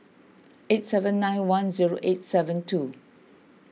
eight seven nine one zero eight seven two